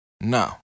No